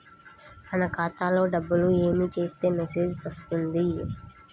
మన ఖాతాలో డబ్బులు ఏమి చేస్తే మెసేజ్ వస్తుంది?